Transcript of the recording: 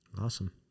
Awesome